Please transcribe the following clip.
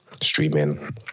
streaming